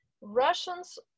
russians